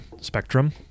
spectrum